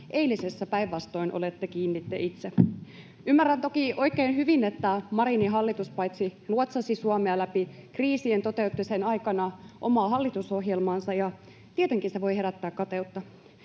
eilisessä päinvastoin olette kiinni te itse. Ymmärrän toki oikein hyvin, että Marinin hallitus paitsi luotsasi Suomea läpi kriisien myös toteutti sen aikana omaa hallitusohjelmaansa, ja tietenkin se voi herättää kateutta.